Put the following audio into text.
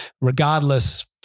regardless